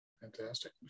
Fantastic